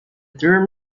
term